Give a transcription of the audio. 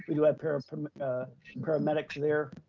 we do have pair of paramedics there.